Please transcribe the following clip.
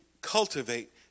cultivate